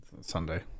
Sunday